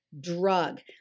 drug